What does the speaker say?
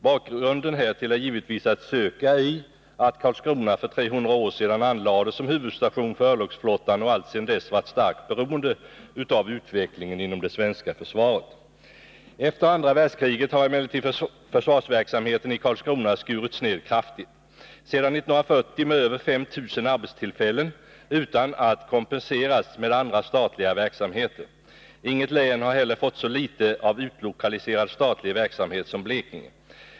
Bakgrunden härtill är givetvis att söka i att Karlskrona för 300 år sedan anlades som huvudstation för örlogsflottan och alltsedan dess varit starkt beroende av utvecklingen inom det svenska försvaret. Efter andra världskriget har emellertid försvarsverksamheten i Karlskrona skurits ned kraftigt — sedan 1940 med över 5 000 arbetstillfällen — utan att kompenseras med andra statliga verksamheter. Inget län har heller fått så litet av utlokaliserad statlig verksamhet som Blekinge.